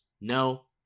No